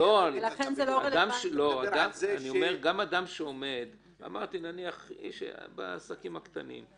--- גם אדם שעומד בהתחייבות נניח הוא בעסקים קטנים,